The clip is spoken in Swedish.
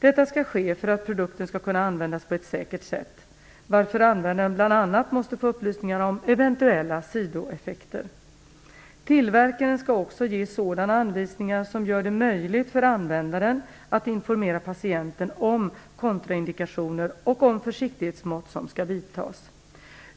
Detta skall ske för att produkten skall kunna användas på ett säkert sätt, varför användaren bl.a. måste få upplysningar om eventuella sidoeffekter. Tillverkaren skall också ge sådana anvisningar som gör det möjligt för användaren att informera patienten om kontraindikationer och om försiktighetsmått som skall vidtas.